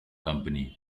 company